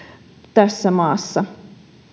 tässä maassa